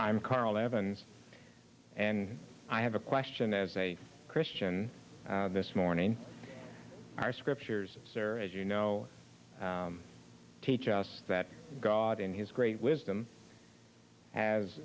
i'm carl evans and i have a question as a christian this morning our scriptures sir as you know teach us that god in his great wisdom has